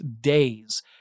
days